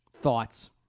Thoughts